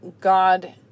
God